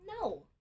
No